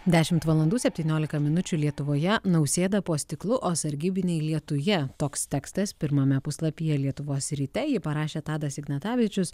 dešimt valandų septyniolika minučių lietuvoje nausėda po stiklu o sargybiniai lietuje toks tekstas pirmame puslapyje lietuvos ryte jį parašė tadas ignatavičius